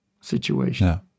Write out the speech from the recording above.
situation